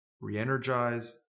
re-energize